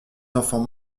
enfants